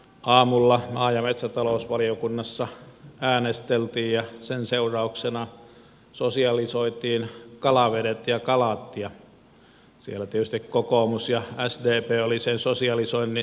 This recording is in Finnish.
aamulla maa ja metsätalousvaliokunnassa äänesteltiin ja sen seurauksena sosialisoitiin kalavedet ja kalat ja siellä tietysti kokoomus ja sdp olivat sen sosialisoinnin vetureina